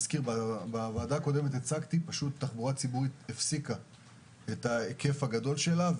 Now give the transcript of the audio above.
בוועדה הקודמת הצגתי שתחבורה ציבורית הפסיקה את ההיקף הגדול שלה,